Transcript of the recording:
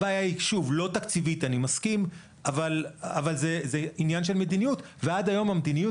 הבעיה היא לא תקציבית אבל זה עניין של מדיניות ועד היום המדיניות